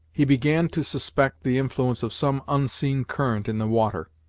he began to suspect the influence of some unseen current in the water,